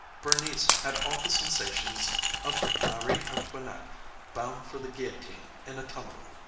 bernice had all the sensations of marie antoinette bound for the guillotine in a tumbrel.